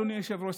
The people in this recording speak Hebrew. אדוני היושב-ראש,